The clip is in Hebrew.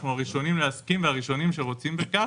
אנחנו הראשונים להסכים והראשונים שרוצים בכך,